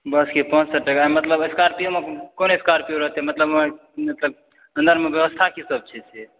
बसके पाँच सए टाका मतलब स्कॉर्पियोमे कोन स्कॉर्पियो रहतै मतलब अन्दरमे व्यवस्था की सब छै से